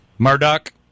murdoch